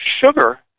sugar